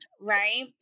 right